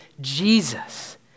Jesus